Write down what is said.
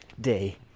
day